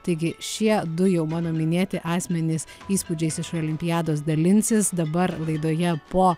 taigi šie du jau mano minėti asmenys įspūdžiais iš olimpiados dalinsis dabar laidoje po